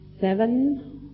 seven